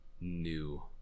new